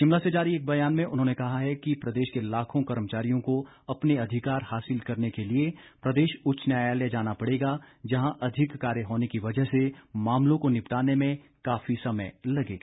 शिमला से जारी एक बयान में उन्होंने कहा है कि प्रदेश के लाखों कर्मचारियों को अपने अधिकार हासिल करने के लिए प्रदेश उच्च न्यायालय जाना पड़ेगा जहां अधिक कार्य होने की वजह से मामलों को निपटाने में काफी समय लगेगा